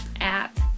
app